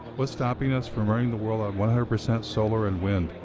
what's stopping us from running the world on one hundred percent solar and wind?